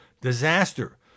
disaster